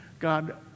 God